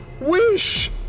Wish